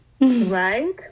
Right